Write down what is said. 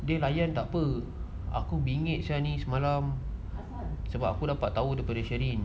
dia layan tak apa aku bingit sia liz semalam sebab aku dapat tahu daripada sheryn